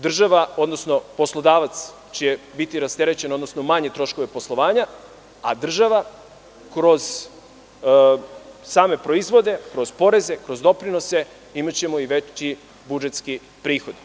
Država, odnosno poslodavac će biti rasterećen, odnosno imaće manje troškove poslovanja, a država kroz same proizvode, poreze, doprinose će imati već budžetski prihod.